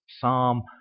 Psalm